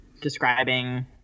describing